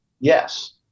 yes